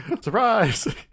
surprise